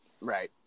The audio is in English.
Right